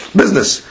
business